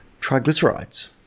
triglycerides